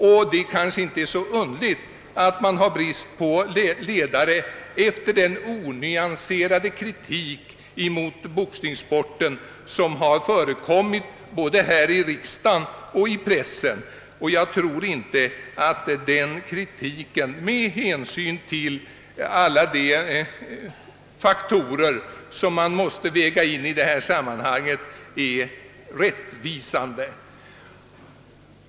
Det är kanske inte heller så underligt att det är ont om ledare efter den onyanserade kritik mot boxningssporten som har förekommit både här i riksdagen och i pressen. Denna kritik förefaller, med hänsyn till alla de faktorer som måste vägas in i detta sammanhang, inte att vara rättvisande.